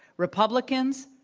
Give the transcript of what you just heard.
republicans,